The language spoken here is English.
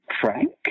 Frank